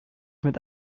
mit